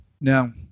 Now